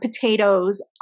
potatoes